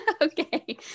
Okay